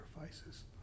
sacrifices